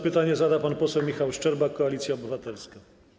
Pytanie zada pan poseł Michał Szczerba, Koalicja Obywatelska.